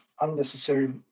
unnecessary